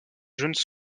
jeunes